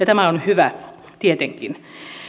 tämä on hyvä tietenkin